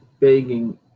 begging